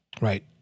right